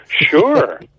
Sure